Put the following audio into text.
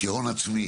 כהון עצמי